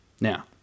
Now